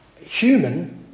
human